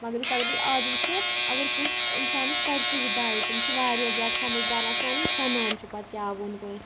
مگر أسۍ اگر أسۍ آز وٕچھو اگر کٲنٛسہِ اِنسانَس کَرِ تہِ ہدایَت تِم چھِ واریاہ زیادٕ سَمجھدار آسان سَنان چھُ پَتہٕ کیٛاہ ووٚن کٲنٛسہِ